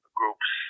groups